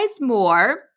more